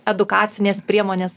edukacinės priemonės